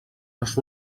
les